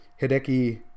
Hideki